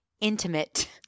intimate